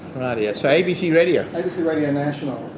rightio, so abc radio. abc radio national.